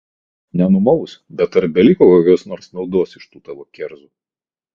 nenumaus bet ar beliko kokios nors naudos iš tų tavo kerzų